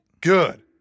Good